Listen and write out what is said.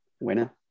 Winner